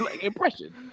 impression